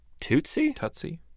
Tutsi